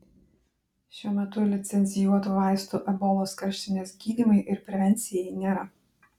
šiuo metu licencijuotų vaistų ebolos karštinės gydymui ir prevencijai nėra